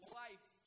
life